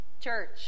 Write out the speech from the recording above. Church